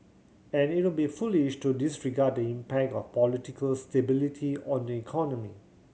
and it would be foolish to disregard the impact of political stability on the economy